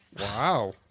wow